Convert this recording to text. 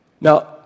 Now